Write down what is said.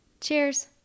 Cheers